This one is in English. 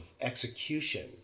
execution